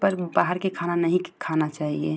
पर बाहर का खाना नहीं खाना चाहिए